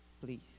please